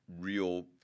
real